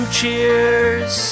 Cheers